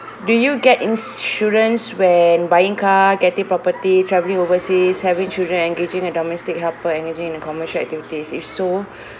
do you get insurance when buying car getting property travelling overseas having children engaging a domestic helper engaging in a commercial activities if so